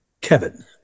Kevin